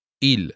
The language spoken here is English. Il